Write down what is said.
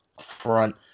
front